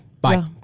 Bye